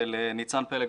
ולניצן פלג,